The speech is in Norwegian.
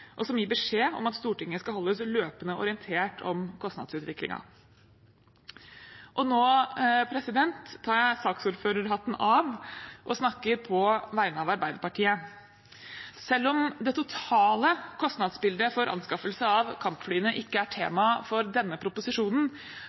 og som gir beskjed om at Stortinget skal holdes løpende orientert om kostnadsutviklingen. Nå tar jeg saksordførerhatten av og snakker på vegne av Arbeiderpartiet. Selv om det totale kostnadsbildet for anskaffelse av kampflyene ikke er tema for denne proposisjonen,